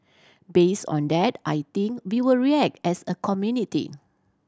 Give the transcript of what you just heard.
based on that I think we will react as a community